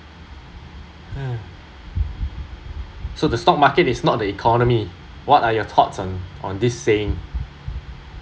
um so the stock market is not the economy what are your thoughts on on this saying